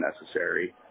necessary